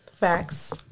Facts